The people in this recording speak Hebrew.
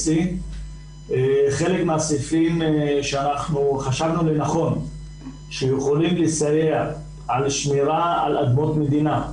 חלק מהסעיפים שאנחנו חשבנו לנכון שיכולים לסייע בשמירה על אדמות מדינה,